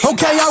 Okay